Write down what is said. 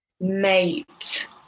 Mate